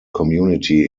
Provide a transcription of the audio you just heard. community